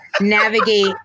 navigate